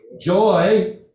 joy